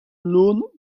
lohn